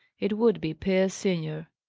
it would be pierce senior.